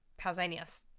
pausanias